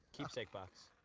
keepsake box.